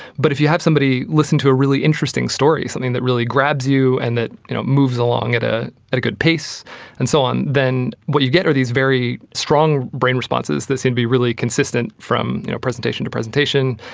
but if you have somebody listen to a really interesting story, something that really grabs you and that you know moves along at ah at a good pace and so on, then what you get are these very strong brain responses that seem to be really consistent from you know presentation to presentation,